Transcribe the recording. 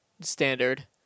standard